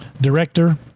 director